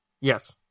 Yes